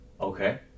Okay